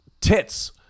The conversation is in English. Tits